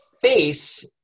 face